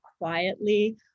quietly